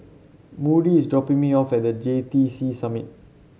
Moody is dropping me off at The J T C Summit